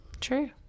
True